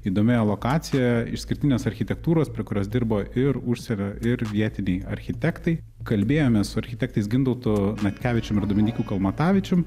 įdomioje lokacijoje išskirtinės architektūros prie kurios dirba ir užsienio ir vietiniai architektai kalbėjomės su architektais gintautu natkevičium ir dominyku kalmatavičium